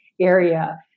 area